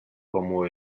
como